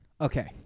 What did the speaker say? Okay